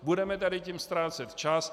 Budeme tady tím ztrácet čas.